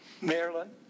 Maryland